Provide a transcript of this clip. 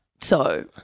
So-